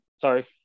sorry